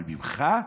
אבל ממך,